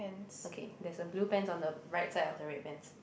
okay there's a blue pants on the right side of the red pants